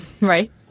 Right